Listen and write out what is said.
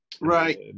Right